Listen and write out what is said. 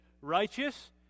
righteous